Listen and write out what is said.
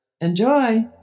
Enjoy